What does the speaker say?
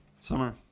summer